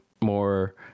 more